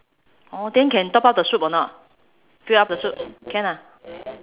orh then can top up the soup or not fill up the soup can ah